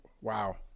wow